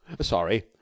Sorry